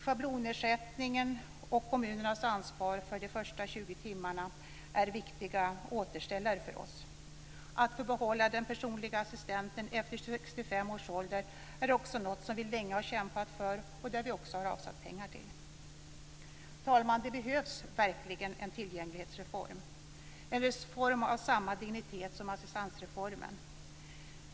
Schablonersättningen och kommunernas ansvar för de första 20 timmarna är för oss viktiga återställare. Att den funktionshindrade får behålla den personliga assistenten efter 65 års ålder är också något vi länge har kämpat för och som vi också har anslagit pengar för i budgeten. Fru talman! Det behövs verkligen en tillgänglighetsreform, en reform av samma dignitet som assistansreformen.